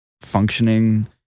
functioning